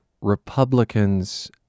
Republicans